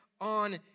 on